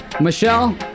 Michelle